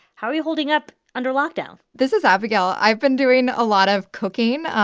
how are you holding up under lockdown? this is abigail. i've been doing a lot of cooking.